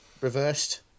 reversed